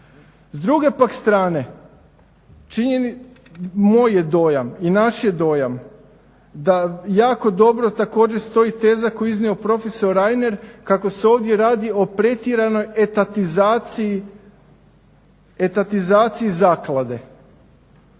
S druge pak strane moj je dojam i naš je dojam da jako dobro također stoji teza koju je iznio prof. Reiner kako se ovdje radi o pretjeranoj etatizaciji Zaklade